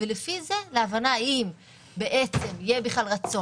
לפי זה להבנה אם בעצם יהיה בכלל רצון